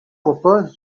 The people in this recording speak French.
repose